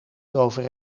erover